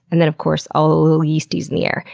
and then of course all the little yeasties in the air.